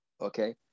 Okay